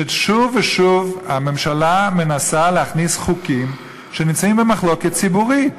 ששוב ושוב הממשלה מנסה להכניס חוקים שנמצאים במחלוקת ציבורית,